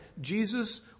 Jesus